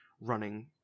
running